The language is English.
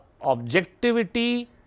objectivity